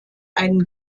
einen